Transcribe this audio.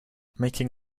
making